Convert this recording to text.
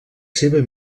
seva